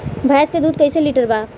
भैंस के दूध कईसे लीटर बा?